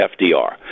FDR